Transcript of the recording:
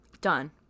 Done